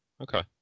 Okay